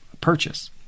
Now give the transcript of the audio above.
purchase